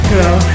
Girl